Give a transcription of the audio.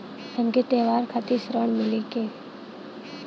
हमके त्योहार खातिर ऋण मिली का?